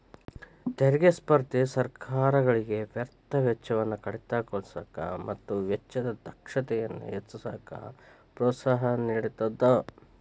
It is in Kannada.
ತೆರಿಗೆ ಸ್ಪರ್ಧೆ ಸರ್ಕಾರಗಳಿಗೆ ವ್ಯರ್ಥ ವೆಚ್ಚವನ್ನ ಕಡಿತಗೊಳಿಸಕ ಮತ್ತ ವೆಚ್ಚದ ದಕ್ಷತೆಯನ್ನ ಹೆಚ್ಚಿಸಕ ಪ್ರೋತ್ಸಾಹ ನೇಡತದ